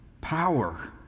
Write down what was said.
power